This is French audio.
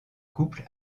couple